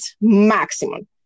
maximum